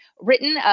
written